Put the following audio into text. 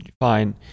fine